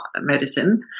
medicine